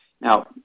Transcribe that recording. Now